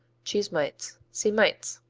cheese mites see mites.